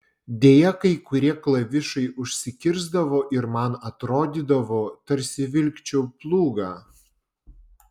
deja kai kurie klavišai užsikirsdavo ir man atrodydavo tarsi vilkčiau plūgą